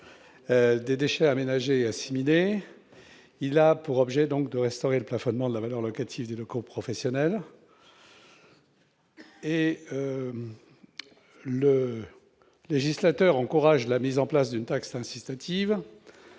des déchets ménagers et assimilés. Il a pour objet de réinstaurer le plafonnement de la valeur locative des locaux professionnels, supprimé à la suite de la mise en place de la taxe incitative